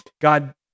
God